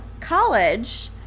college